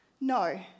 No